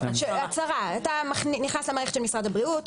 אתה נכנס למערכת משרד הבריאות,